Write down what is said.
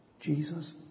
Jesus